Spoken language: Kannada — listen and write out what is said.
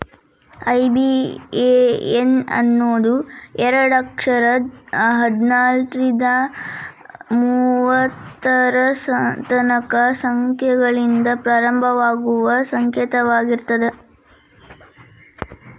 ಐ.ಬಿ.ಎ.ಎನ್ ಅನ್ನೋದು ಎರಡ ಅಕ್ಷರದ್ ಹದ್ನಾಲ್ಕ್ರಿಂದಾ ಮೂವತ್ತರ ತನಕಾ ಸಂಖ್ಯೆಗಳಿಂದ ಪ್ರಾರಂಭವಾಗುವ ಸಂಕೇತವಾಗಿರ್ತದ